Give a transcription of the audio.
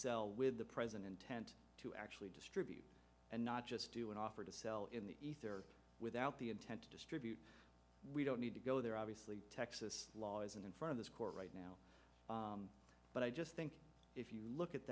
sell with the present intent to actually distribute and not just do an offer to sell in the ether without the intent to distribute we don't need to go there obviously texas law is in front of this court right now but i just think you look at